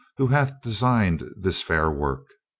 who hath designed this fair work.